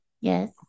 Yes